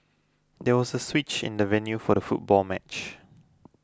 there was a switch in the venue for the football match